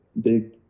big